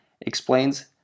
explains